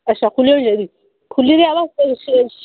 अच्छा खुल्ली होनी चाहिदी खुल्ली ते ऐ पर